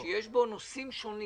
ויש בו נושאים שונים.